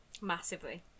Massively